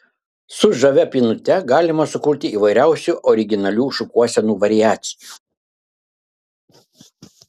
su žavia pynute galima sukurti įvairiausių originalių šukuosenų variacijų